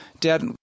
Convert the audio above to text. Dad